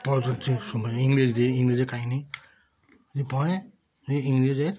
পরবর্তী সময় ইংরেজদের ইংরেজদের কাহিনি পরে ইংরেজদের